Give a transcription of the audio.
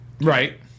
Right